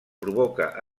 provoca